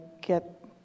get